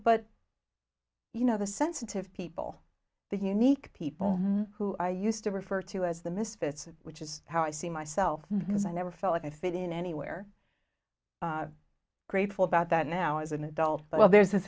but you know the sensitive people the unique people who i used to refer to as the misfits which is how i see myself because i never felt like i fit in anywhere grateful about that now as an adult but well there's